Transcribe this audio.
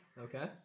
Okay